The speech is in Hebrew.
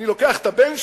אני לוקח את הבן שלי,